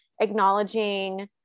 acknowledging